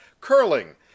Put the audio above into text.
curling